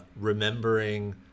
remembering